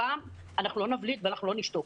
הפעם לא נבליג ולא נשתוק.